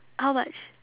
how much